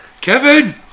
Kevin